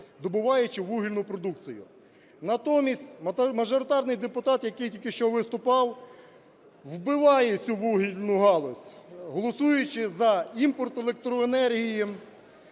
добуваючи вугільну продукцію. Натомість мажоритарний депутат, який тільки що виступав, вбиває цю вугільну галузь, голосуючи за імпорт електроенергії.